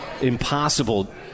impossible